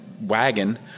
wagon